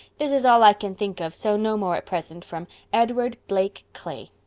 this is oll i can think of so no more at present from edward blake clay